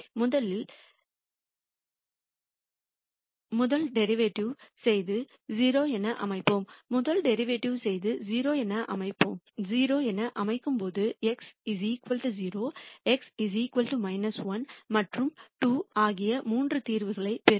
முதலில் முதல்டெரிவேட்டிவ் செய்து 0 என அமைப்போம் முதல் டெரிவேட்டிவ் செய்து 0 என அமைக்கும் போது x 0 x 1 மற்றும் 2 ஆகிய 3 தீர்வுகளைப் பெறுங்கள்